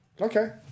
Okay